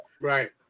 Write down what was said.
right